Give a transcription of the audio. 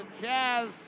Jazz